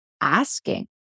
asking